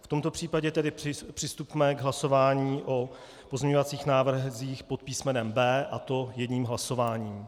V tomto případě tedy přistupme k hlasování o pozměňovacích návrzích pod písmenem B, a to jedním hlasováním.